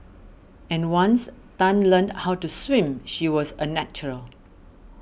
and once Tan learnt how to swim she was a natural